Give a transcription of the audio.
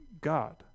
God